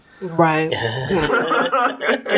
right